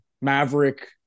Maverick